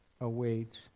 awaits